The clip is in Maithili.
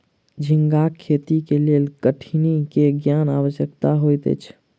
झींगाक खेती के लेल कठिनी के ज्ञान आवश्यक होइत अछि